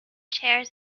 chairs